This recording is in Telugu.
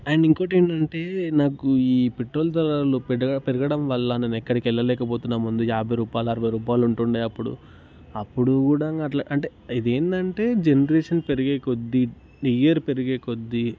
అండ్ ఇంకోటి ఏంటంటే నాకు ఈ పెట్రోల్ ధరలు పెద్దగా పెరగడం వల్ల నేను ఎక్కడికి వెళ్ళలేకపోతున్నాము ముందు యాభై రూపాయలు అరవై రూపాయలు ఉంటుండే అప్పుడు కూడా అట్ల ఇది ఏందంటే జనరేసన్ పెరిగే కొద్ది ఇయర్ పెరిగే కొద్ది